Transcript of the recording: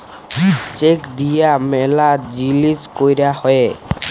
check দিয়া ম্যালা জিলিস ক্যরা হ্যয়ে